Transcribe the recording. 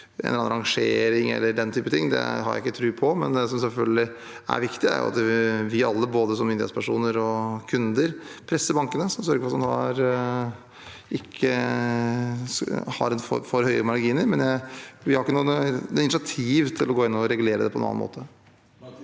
en slags rangering eller den type ting, har jeg ikke tro på. Det som selvfølgelig er viktig, er at vi alle, både som myndighetspersoner og kunder, presser bankene, så en sørger for at de ikke har for høye marginer, men vi tar ikke noe initiativ til å gå inn og regulere det på noen annen måte.